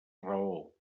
raó